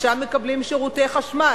ושם מקבלים שירותי חשמל,